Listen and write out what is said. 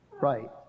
Right